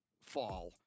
fall